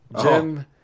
Jim